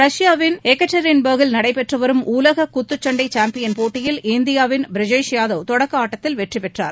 ரஷ்யாவின் எக்டெரின்பர்க்கில் நடைபெற்றுவரும் உலக குத்துச்சண்டை சாம்பியன் போட்டியில் இந்தியாவின் பிரிஜேஷ் யாதவ் தொடக்க ஆட்டத்தில் வெற்றிபெற்றார்